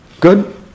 Good